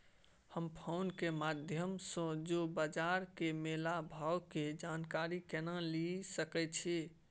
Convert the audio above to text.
हम फोन के माध्यम सो रोज बाजार के मोल भाव के जानकारी केना लिए सके छी?